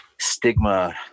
Stigma